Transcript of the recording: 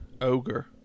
Ogre